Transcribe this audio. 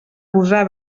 gosar